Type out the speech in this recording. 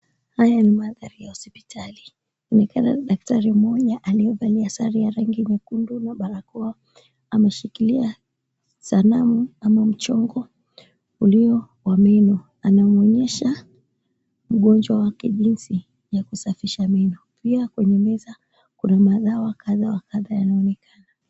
Haya ni mandhari ya hospitali. Kunaonekana daktari mmoja aliyevalia sare ya rangi nyekundu na barakoa. Ameshikilia sanamu ama mchongo ulio wa meno. Anamwonyesha mgonjwa wake jinsi ya kusafisha meno pia kwenye meza kuna madawa kadha wa kadha yanaonekana.